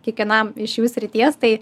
kiekvienam iš jų srities tai